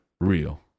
real